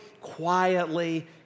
quietly